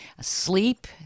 sleep